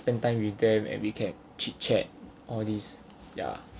spend time with them and we can chit chat all these ya